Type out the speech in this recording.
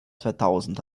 zweitausend